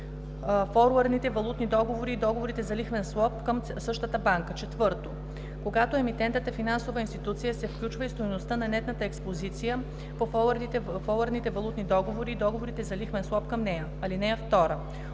4. когато емитентът е финансова институция, се включва и стойността на нетната експозиция по форуърдните валутни договори и договорите за лихвен суап към нея. (2)